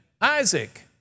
Isaac